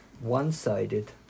one-sided